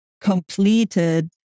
completed